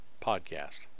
podcast